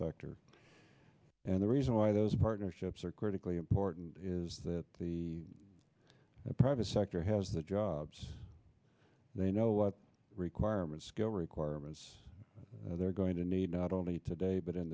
sector and the reason why those partnerships are critically important is that the private sector has the jobs they know what requirements skill requirements they're going to need not only today but in